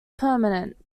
permanence